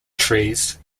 trees